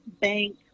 bank